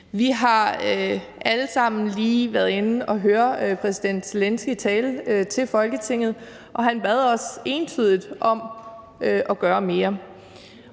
Vi har alle sammen lige været inde og høre præsident Zelenskyj tale til Folketinget, og han bad os entydigt om at gøre mere.